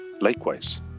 Likewise